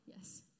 yes